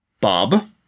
Bob